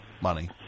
money